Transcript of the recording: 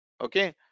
okay